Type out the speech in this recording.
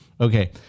okay